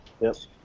Yes